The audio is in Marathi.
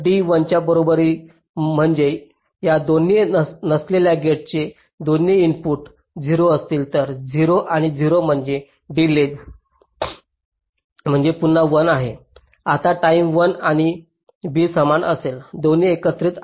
जर d 1 च्या बरोबर म्हणजे या दोन्ही नसलेल्या गेटचे दोन्ही इनपुट 0 असतील तर 0 आणि 0 म्हणजे 0 डिलेज म्हणजे पुन्हा 1 आहे आता टाईम 0 आणि b समान असेल दोन्ही एकत्रित